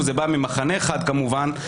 לסיכום פחדנים.